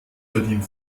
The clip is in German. verdient